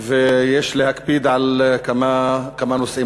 ויש להקפיד על כמה נושאים,